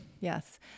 yes